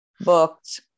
booked